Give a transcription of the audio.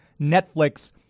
Netflix